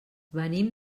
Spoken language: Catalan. venim